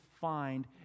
find